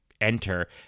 enter